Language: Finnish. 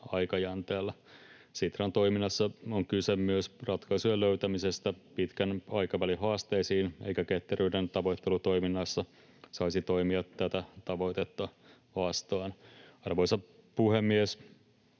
aikajänteellä. Sitran toiminnassa on kyse myös ratkaisujen löytämisestä pitkän aikavälin haasteisiin, eikä ketteryyden tavoittelu toiminnassa saisi toimia tätä tavoitetta vastaan. Arvoisa puhemies!